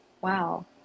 Wow